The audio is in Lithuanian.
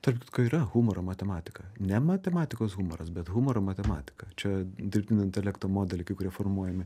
tarp kitko yra humoro matematika ne matematikos humoras bet humoro matematika čia dirbtinio intelekto modeliai kai kurie formuojami